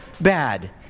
bad